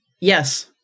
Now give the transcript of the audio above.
Yes